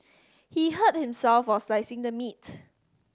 he hurt himself while slicing the meat